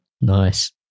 Nice